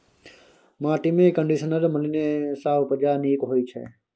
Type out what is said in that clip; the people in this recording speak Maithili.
माटिमे कंडीशनर मिलेने सँ उपजा नीक होए छै